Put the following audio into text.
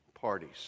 parties